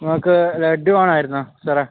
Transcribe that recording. നമുക്ക് ലഡ്ഡു വേണമായിരുന്നു സാറേ